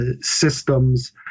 systems